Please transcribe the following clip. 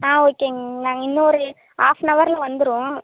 ஆ ஓகேங்க நாங்கள் இன்னொரு ஆஃப்னவரில் வந்துருவோம்